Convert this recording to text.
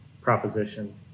proposition